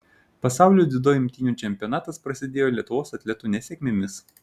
pasaulio dziudo imtynių čempionatas prasidėjo lietuvos atletų nesėkmėmis